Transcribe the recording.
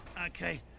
Okay